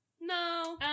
no